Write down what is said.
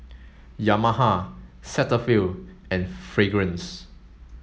Yamaha Cetaphil and Fragrance